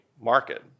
market